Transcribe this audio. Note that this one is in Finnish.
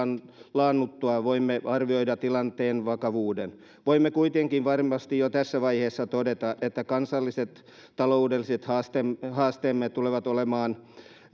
laannuttua voimme arvioida tilanteen vakavuuden voimme kuitenkin varmasti jo tässä vaiheessa todeta että kansalliset taloudelliset haasteemme haasteemme tulevat olemaan